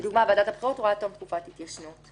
ועדת הבחירות רואה עד תום תקופת התיישנות.